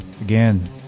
again